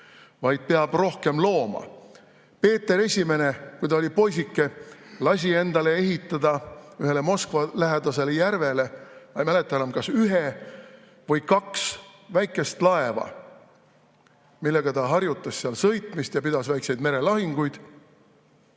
vaid peab rohkem looma. Peeter Esimene, kui ta oli poisike, lasi endale ehitada ühele Moskva lähedasele järvele, ma ei mäleta enam, kas ühe või kaks väikest laeva, millega ta harjutas seal sõitmist ja pidas väikseid merelahinguid.